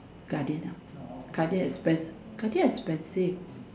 Guardian lah Guardian expense Guardian expensive